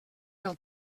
del